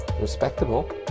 Respectable